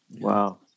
Wow